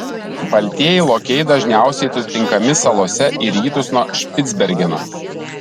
baltieji lokiai dažniausiai sutinkami salose į rytus nuo špicbergeno